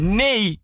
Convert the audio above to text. nee